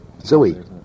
Zoe